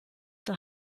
der